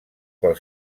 pel